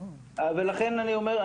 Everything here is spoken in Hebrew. לכן אני אומר,